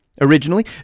Originally